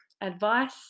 advice